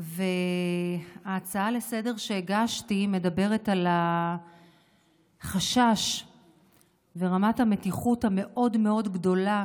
וההצעה לסדר-היום שהגשתי מדברת על החשש ורמת המתיחות הגדולה